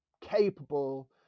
capable